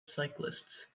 cyclists